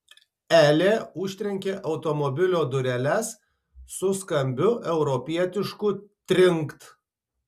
elė užtrenkė automobilio dureles su skambiu europietišku trinkt